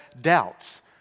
doubts